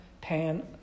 pan